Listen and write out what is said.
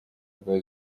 одной